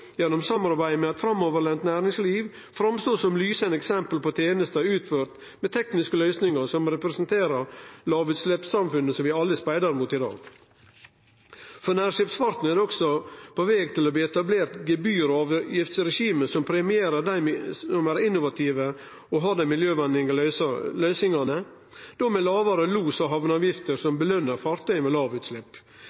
gjennom samarbeid med eit framoverlent næringsliv, framstå som lysande eksempel på tenester utførte med tekniske løysingar som representerer lågutsleppssamfunnet vi alle speidar mot i dag. For nærskipsfarten er det òg på veg til å bli etablert eit gebyr- og avgiftsregime som premierer dei som har dei innovative og miljøvenlege løysingane, med lågare los- og hamneavgifter som